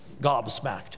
gobsmacked